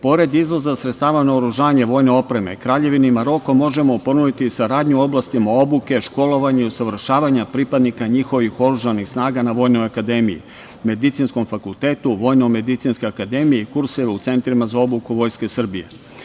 Pored izvoza sredstava naoružanja vojne opreme Kraljevini Maroko možemo ponuditi saradnju u oblastima obuke, školovanja i usavršavanja pripadnika njihovih oružanih snaga na vojnoj akademiji, medicinskom fakultetu VMA i kurseve u centrima za obuku Vojske Srbije.